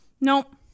Nope